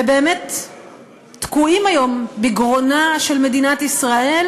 ובאמת תקועים היום בגרונה של מדינת ישראל,